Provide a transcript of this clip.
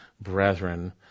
brethren